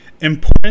important